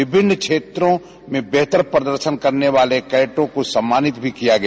विमिन्न क्षेत्रों में बेहतर प्रदर्शन करने वाले कैंडेटों को सम्मानित भी किया गया